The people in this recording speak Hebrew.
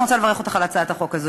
אני רוצה לברך אותך על הצעת החוק הזאת.